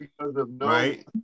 right